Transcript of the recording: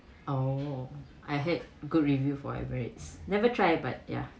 oh I heard good review for Emirates never try but ya